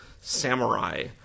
samurai